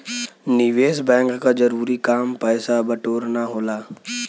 निवेस बैंक क जरूरी काम पैसा बटोरना होला